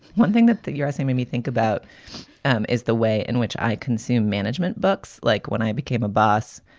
one thing that the usa made me think about um is the way in which i consume management books. like when i became a boss,